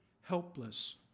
helpless